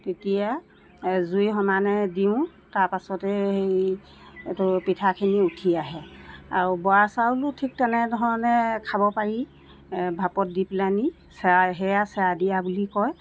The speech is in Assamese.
তেতিয়া জুই সমানে দিওঁ তাৰপাছতে সেই এইটো পিঠাখিনি উঠি আহে আৰু বৰা চাউলো ঠিক তেনেধৰণে খাব পাৰি ভাপত দি পেলাই নি চেয়া সেয়া চেয়া দিয়া বুলি কয়